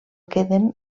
queden